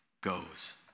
goes